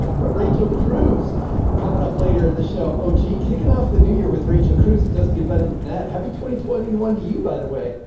but rachel cruze coming up later in the show. oh, gee, kicking off the new year with rachel cruze. it doesn't get better than that. happy twenty, twenty one to you, by the way.